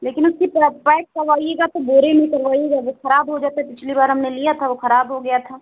लेकिन उसकी पैक करवाइएगा तो बोरे में करवाइएगा वो खराब हो जाता पिछली बार हमने लिया था वो खराब हो गया था